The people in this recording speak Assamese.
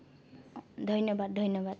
ধন্যবাদ ধন্যবাদ